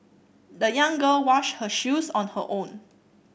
the young girl washed her shoes on her own